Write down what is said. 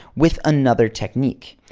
with another technique.